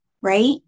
right